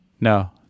No